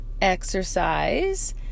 exercise